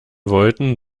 wollten